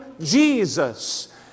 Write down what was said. Jesus